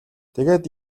тэгээд